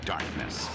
Darkness